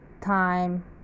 time